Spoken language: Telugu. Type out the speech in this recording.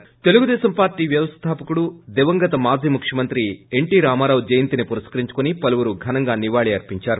ి తెలుగుదేశం పార్టీ వ్యవస్థాపకుడు దివంగత మాజీ ముఖ్యమంత్రి ఎన్టీ రామారావు జయంతిని పురస్కరించుకొని పలువురు ఘనంగా నివాళులు అర్పించారు